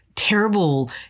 terrible